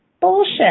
Bullshit